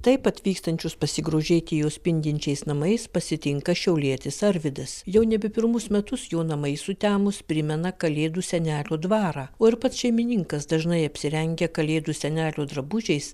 taip atvykstančius pasigrožėti jo spindinčiais namais pasitinka šiaulietis arvydas jau nebe pirmus metus jo namai sutemus primena kalėdų senelio dvarą o ir pats šeimininkas dažnai apsirengia kalėdų senelio drabužiais